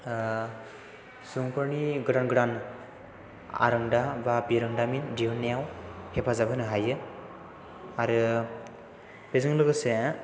सुबुंफोरनि गोदान गोदान आरोंदा बा बिरोंदामिन दिहुननायाव हेफाजाब होनो हायो आरो बेजों लोगोसे